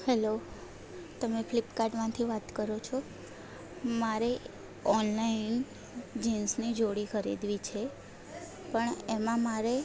hello તમે ફ્લિપકાર્ટમાંથી વાત કરો છો મારે ઓનલાઇન જીન્સની જોડી ખરીદવી છે પણ એમાં મારે